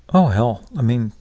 oh, hell. i mean,